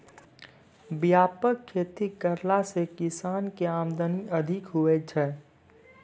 व्यापक खेती करला से किसान के आमदनी अधिक हुवै छै